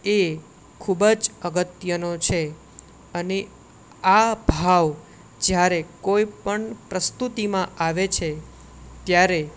એ ખૂબ જ અગત્યનો છે અને આ ભાવ જ્યારે કોઈ પણ પ્રસ્તુતિમાં આવે છે ત્યારે